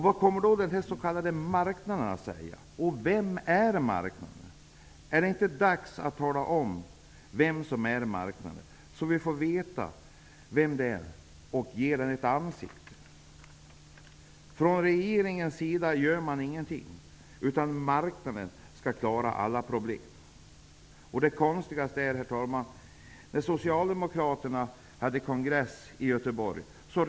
Vad kommer då den s.k. marknaden att säga? Vem är marknaden? Är det inte dags att tala om vem som är marknaden, så att vi får veta det och kan ge den ett ansikte? Regeringen gör ingenting. Marknaden skall klara alla problem. Det konstigaste är, herr talman, att marknaden reagerade när Socialdemokraterna hade kongress i Göteborg.